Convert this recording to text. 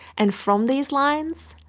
and from these lines,